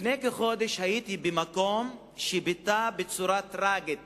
לפני כחודש הייתי במקום שביטא בצורה טרגית